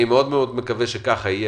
אני מאוד מקווה שכך יהיה,